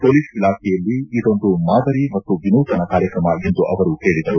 police ಇಲಾಖೆಯಲ್ಲಿ ಇದೊಂದು ಮಾದರಿ ಮತ್ತು ವಿನೂತನ ಕಾರ್ಯಕ್ರಮ ಎಂದು ಅವರು ಹೇಳಿದರು